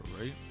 right